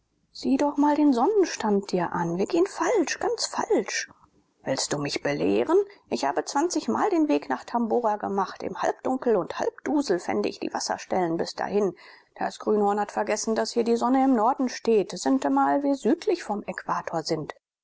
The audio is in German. sieh doch mal den sonnenstand dir an wir gehen falsch ganz falsch willst du mich belehren ich habe zwanzigmal den weg nach tabora gemacht im halbdunkel und halbdusel fände ich die wasserstellen bis dahin das grünhorn hat vergessen daß hier die sonne im norden steht sintemal wir südlich vom äquator sind